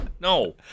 No